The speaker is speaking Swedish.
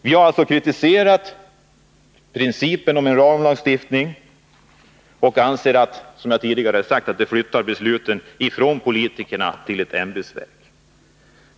Vi har alltså kritiserat principen om en ramlagstiftning och anser som sagt att den flyttar besluten från politikerna till ett ämbetsverk.